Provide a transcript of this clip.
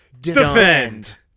Defend